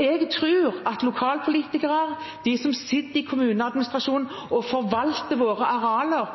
Jeg tror at når lokalpolitikerne, de som sitter i kommuneadministrasjonen og forvalter våre arealer,